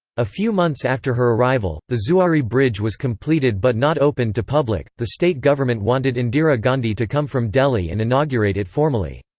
a few months after her arrival, the zuari bridge was completed but not opened to public the state government wanted indira gandhi to come from delhi and inaugurate it formally.